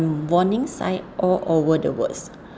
and warning sign all over the words